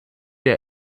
der